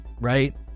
right